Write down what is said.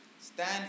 Stand